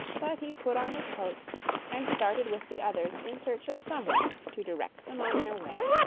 but he put on his coat and started with the others in search of some one to direct them on their way.